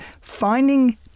finding